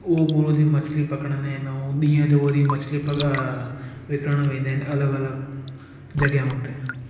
उहो पूरो दिन मछली पकड़ंदा इन ऐं ॾींहं जो वरी मछली पकिड़णु विकिणणु वेंदा आहिनि अलॻि अलॻि जॻहायूं ते